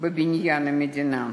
בבניין המדינה.